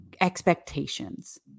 expectations